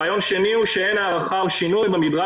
רעיון שני הוא שאין הארכה או שינוי במדרג